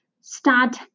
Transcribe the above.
start